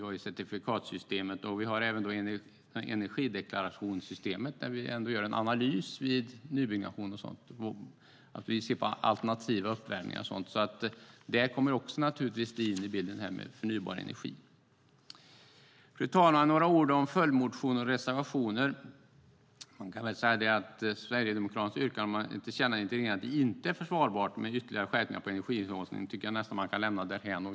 Vi har certifikatsystemet, vi har även energideklarationssystemet, där vi gör en analys vid nybyggnation, och vi ser på alternativ uppvärmning och liknande. Där kommer naturligtvis detta med förnybar energi in i bilden. Fru talman! Så några ord om följdmotioner och reservationer. Sverigedemokraternas yrkande om ett tillkännagivande till regeringen om att det inte är försvarbart med ytterligare skärpningar på energihushållning tycker jag nästan att man kan lämna därhän.